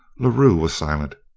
la rue was silent.